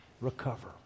Recover